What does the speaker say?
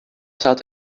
slaat